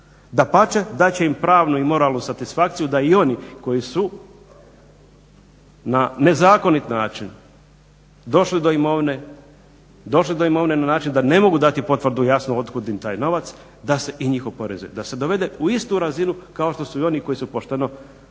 Dapače, dat će im pravnu i moralnu satisfakciju da i oni koji su na nezakonit način došli do imovine, došli do imovine na način da ne mogu dati potvrdu jasnu otkud im taj novac da se i njih oporezuje. Da se dovede u istu razinu kao što su i oni koji su pošteno